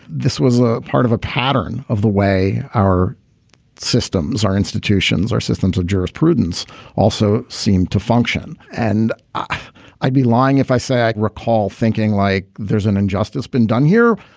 this was a part of a pattern of the way our systems, our institutions, our systems of jurisprudence also seemed to function. and i'd be lying if i say i recall thinking like there's an injustice been done here.